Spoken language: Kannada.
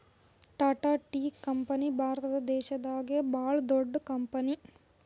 ಟಾಟಾ ಟೀ ಕಂಪನಿ ಭಾರತ ದೇಶದಾಗೆ ಭಾಳ್ ದೊಡ್ಡದ್ ಕಂಪನಿ